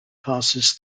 passes